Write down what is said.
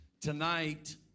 Tonight